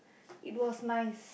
it was nice